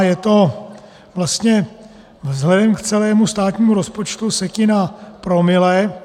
Je to vlastně vzhledem k celému státnímu rozpočtu setina promile.